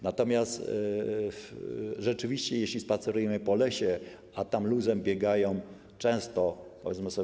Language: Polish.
Natomiast rzeczywiście, jeśli spacerujemy po lesie, a tam luzem biegają często, powiedzmy sobie.